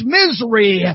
misery